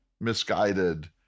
misguided